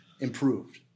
improved